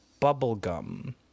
bubblegum